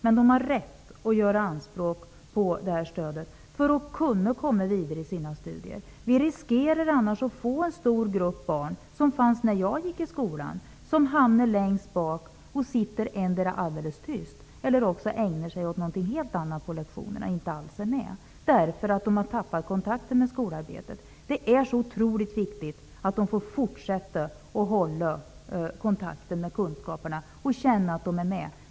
Men de har rätt att göra anspråk på det här stödet för att kunna komma vidare i sina studier, för annars finns risken att vi får en stor grupp barn -- så var det när jag gick i skolan -- som hamnar längst bak i klassen och som endera sitter alldeles tysta eller också ägnar sig åt något helt annat på lektionerna och inte alls är med, därför att de har tappat kontakten med skolarbetet. Det är otroligt viktigt att dessa barn får fortsätta att så att säga ha kontakt med kunskaperna och att de känner att de är med.